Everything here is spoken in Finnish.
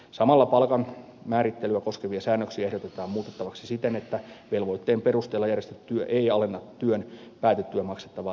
samalla palkanmäärittelyä koskevia säännöksiä ehdotetaan muutettavaksi siten että velvoitteen perusteella järjestetty työ ei alenna työn päätyttyä maksettavaa työttömyyspäivärahaa